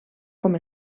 com